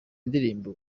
indirimbo